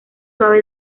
suave